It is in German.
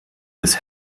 des